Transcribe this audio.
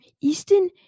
easton